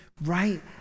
right